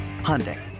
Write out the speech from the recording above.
Hyundai